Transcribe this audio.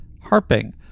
harping